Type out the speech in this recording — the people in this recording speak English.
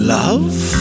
love